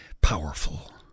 powerful